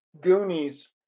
Goonies